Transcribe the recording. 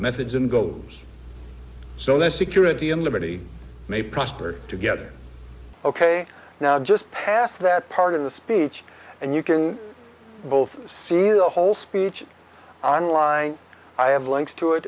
methods and goes so the security and liberty may prosper together ok now just passed that part of the speech and you can both see the whole speech i'm lying i have links to it